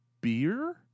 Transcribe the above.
beer